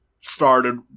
started